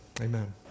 amen